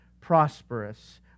prosperous